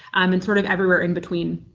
um and sort of everywhere in between.